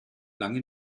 lange